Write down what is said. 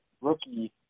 rookie